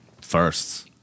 Firsts